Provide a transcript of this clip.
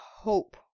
hope